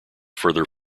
further